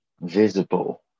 visible